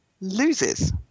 loses